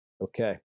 okay